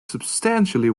substantially